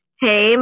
hey